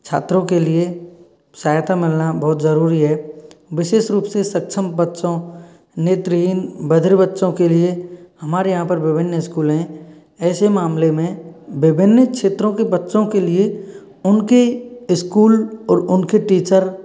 छात्रों के लिए सहायता मिलना बहुत ज़रूरी है विशेष रूप से सक्षम बच्चों नेत्रहीन बधिर बच्चों के लिए हमारे यहाँ पर विभिन्न स्कूल हैं ऐसे मामले में विभिन्न क्षेत्रों के बच्चों के लिए उनकी स्कूल और उनके टीचर